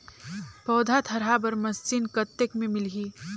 पौधा थरहा बर मशीन कतेक मे मिलही?